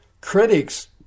critics